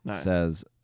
says